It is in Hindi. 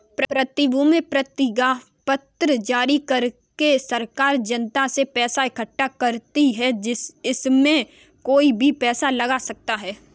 प्रतिभूति प्रतिज्ञापत्र जारी करके सरकार जनता से पैसा इकठ्ठा करती है, इसमें कोई भी पैसा लगा सकता है